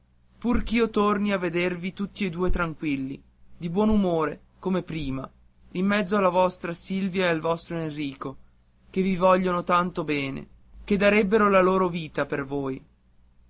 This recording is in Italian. pur ch'io torni a vedervi tutti e due tranquilli di buon umore come prima in mezzo alla vostra silvia e al vostro enrico che vi vogliono tanto bene che darebbero la loro vita per voi